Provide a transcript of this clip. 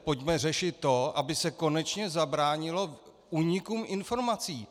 Pojďme řešit to, aby se konečně zabránilo únikům informací.